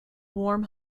warm